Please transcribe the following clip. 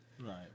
right